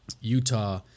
Utah